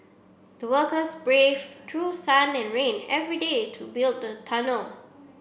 the workers braved through sun and rain every day to build the tunnel